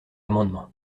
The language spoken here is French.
amendement